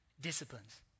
disciplines